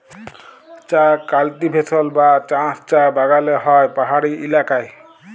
চাঁ কাল্টিভেশল বা চাষ চাঁ বাগালে হ্যয় পাহাড়ি ইলাকায়